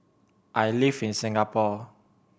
I live in Singapore